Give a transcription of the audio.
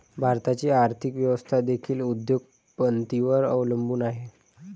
भारताची आर्थिक व्यवस्था देखील उद्योग पतींवर अवलंबून आहे